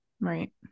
Right